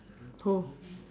who